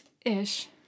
Ish